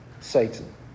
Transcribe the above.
Satan